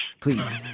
Please